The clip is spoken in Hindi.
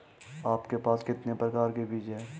आपके पास कितने प्रकार के बीज हैं?